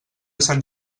sant